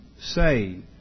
saved